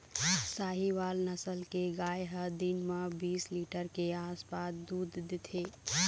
साहीवाल नसल के गाय ह दिन म बीस लीटर के आसपास दूद देथे